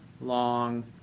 long